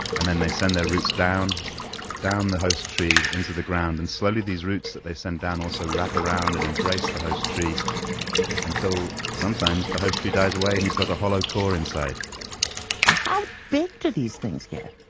and then they send their roots down down the host tree into the ground. and slowly these roots that they send down also wrap around and embrace the host tree until, sometimes, the host tree dies away and you've got a hollow core inside how big do these things get?